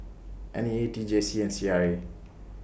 N E A T J C and C R A